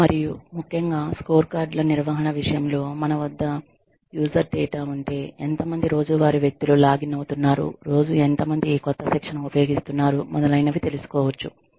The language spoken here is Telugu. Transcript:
మరియు ముఖ్యంగా స్కోర్కార్డ్ ల నిర్వహణ విషయంలో మన వద్ద యూజర్ డేటా ఉంటే ఎంత మంది రోజువారీ వ్యక్తులు లాగిన్ అవుతున్నారు రోజూఎంత మంది ఈ కొత్త శిక్షణ ఉపయోగిస్తున్నారు మొదలైనవి తెలుసుకోవచ్చు